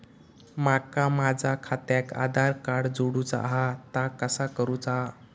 माका माझा खात्याक आधार कार्ड जोडूचा हा ता कसा करुचा हा?